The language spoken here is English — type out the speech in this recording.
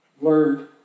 learned